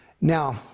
Now